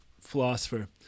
philosopher